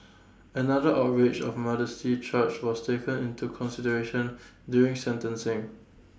another outrage of modesty charge was taken into consideration during sentencing